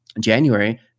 January